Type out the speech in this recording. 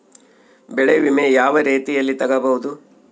ಬೆಳೆ ವಿಮೆ ಯಾವ ರೇತಿಯಲ್ಲಿ ತಗಬಹುದು?